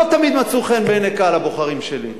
לא תמיד מצאו חן בעיני קהל הבוחרים שלי,